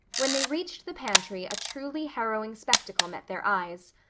when they reached the pantry a truly harrowing spectacle met their eyes.